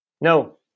No